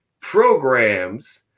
programs